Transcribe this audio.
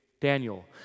Daniel